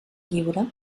lliure